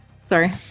sorry